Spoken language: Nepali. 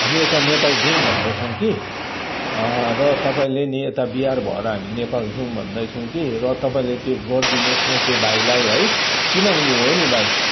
हामी यता नेपाल जाउँ भन्दैछौँ कि र तपाईँले नि यता बिहार भएर हामी नेपाल जाउँ भन्दैछौँ कि र तपाईँले त्यो गरिदिनुहोस् न हौ त्यो भाइलाई है किनभने हो नि भाइ